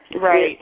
Right